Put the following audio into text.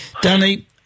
Danny